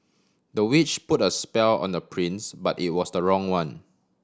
the witch put a spell on the prince but it was the wrong one